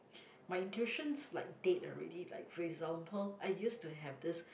my intuitions like dead already like for example I used to have this